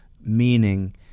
meaning